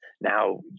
now